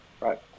right